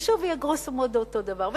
ושוב יהיה גרוסו-מודו אותו הדבר,